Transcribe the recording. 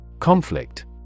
Conflict